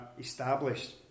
established